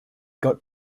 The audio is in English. got